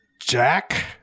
jack